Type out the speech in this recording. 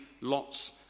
lots